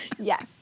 Yes